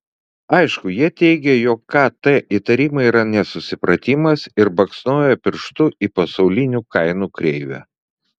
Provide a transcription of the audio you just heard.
aišku jie teigia jog kt įtarimai yra nesusipratimas ir baksnoja pirštu į pasaulinių kainų kreivę